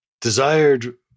desired